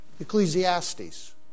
Ecclesiastes